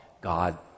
God